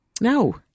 No